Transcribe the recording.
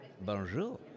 Bonjour